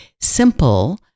simple